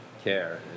care